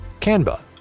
Canva